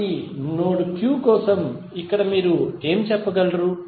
కాబట్టి node Q కోసం ఇక్కడ మీరు ఏమి చెప్పగలరు